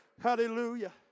Hallelujah